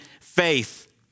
faith